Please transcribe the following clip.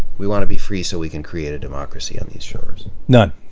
we want to be free so we can create a democracy on these shores none.